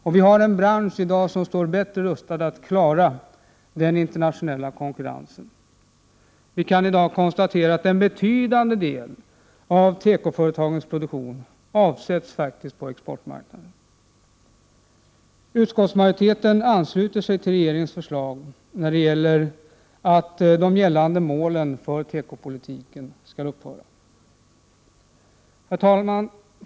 Branschen står i dag bättre rustad att klara den internationella konkurrensen. Vi kan i dag konstatera att en betydande del av tekoföretagens produktion faktiskt avsätts på exportmarknaden. Utskottsmajoriteten ansluter sig till regeringens förslag att de gällande målen för tekopolitiken skall upphöra. Herr talman!